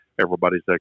everybody's